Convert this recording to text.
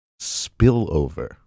Spillover